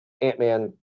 Ant-Man